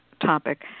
topic